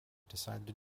decided